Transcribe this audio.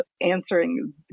answering